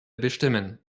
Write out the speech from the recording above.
bestimmen